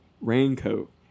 raincoat